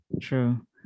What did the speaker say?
True